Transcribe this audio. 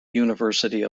university